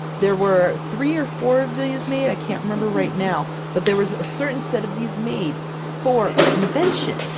there were three or four of these made, i can't remember right now, but there was a certain set of these made for a convention.